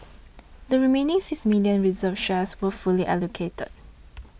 the remaining six million reserved shares were fully allocated